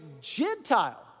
Gentile